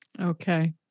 Okay